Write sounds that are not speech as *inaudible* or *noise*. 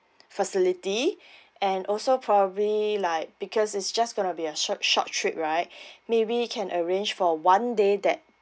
facility and also probably like because is just going to be a short short trip right *breath* maybe can arrange for one day that